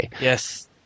Yes